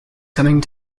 coming